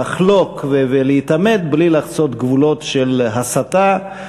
לחלוק ולהתעמת בלי לחצות גבולות של הסתה,